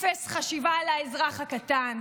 אפס חשיבה על האזרח הקטן,